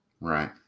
Right